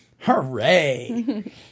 Hooray